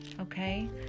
okay